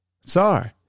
Sorry